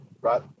right